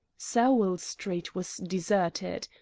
sowell street was deserted.